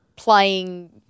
Playing